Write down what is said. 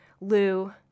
Lou